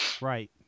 Right